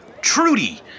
Trudy